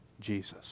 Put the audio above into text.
Jesus